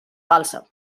falsa